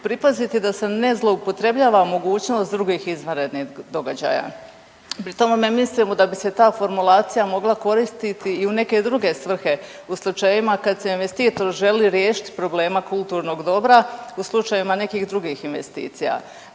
pripaziti da se ne zloupotrebljava mogućnost drugih izvanrednih događaja. Pri tome mislimo da bi se ta formulacija mogla koristiti i u neke druge svrhe u slučajevima kad se investitor želi riješiti problema kulturnog dobra u slučajevima nekih drugih investicija.